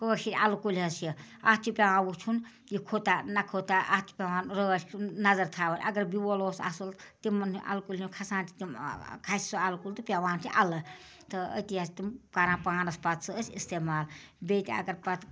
کٲشِر اَلہٕ کُلۍ حظ چھِ اَتھ چھِ پٮ۪وان وُچھُن یہِ کھۄتا نہ کھۄتا اَتھ چھِ پٮ۪وان رٲچھ نظر تھاوٕنۍ اَگر بیول اوس اَصٕل تِمَن اَلہٕ کُلیٚن کھسان چھِ تِم کھسہِ سُہ اَلہٕ کُل تہٕ پٮ۪وان چھِ اَلہٕ تہٕ أتی حظ چھِ تِم کران پانَس پتہٕ سُہ أسۍ استعمال بیٚیہِ تہِ اَگر پتہٕ